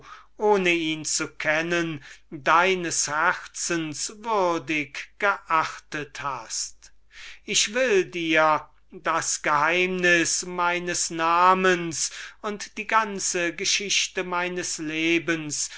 ohne ihn zu kennen deines herzens würdig geachtet hast ich will dir das geheimnis meines namens und die ganze geschichte meines lebens